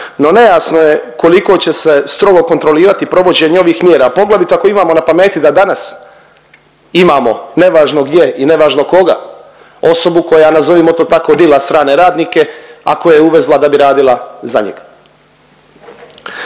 no nejasno je koliko će se strogo kontrolirati provođenje ovih mjera, poglavito ako imamo na pameti da danas imamo nevažno gdje i nevažno koga osobu koja, nazovimo to tako dila strane radnike, a koje je uvezla da bi radila za njega.